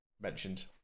mentioned